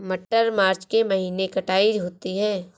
मटर मार्च के महीने कटाई होती है?